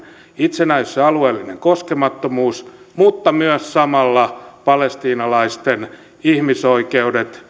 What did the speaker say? itsenäisyys ja alueellinen koskemattomuus mutta myös samalla palestiinalaisten ihmisoikeudet